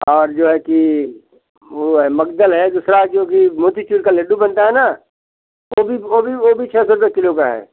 और जो है कि वो है मगजल है दूसरा जो कि मोतीचूर का लड्डू बनता है ना वो भी वो भी वो भी छः सौ रुपए किलो का है